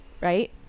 right